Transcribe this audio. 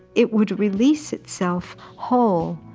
it would release itself whole,